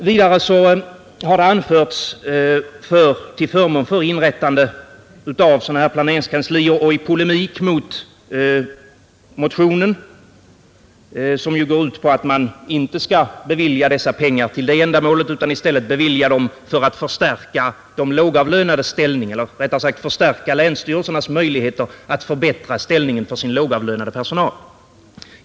Vidare har det anförts till förmån för inrättande av sådana här planeringskanslier och i polemik mot motionen, som ju går ut på att man inte skall bevilja dessa pengar till detta ändamål utan i stället använda dem för att förstärka länsstyrelsernas möjligheter att förbättra ställningen för den lågavlönade personalen.